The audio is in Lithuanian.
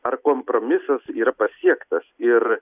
ar kompromisas yra pasiektas ir